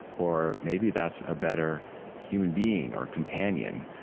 or maybe that's a better human being or companion.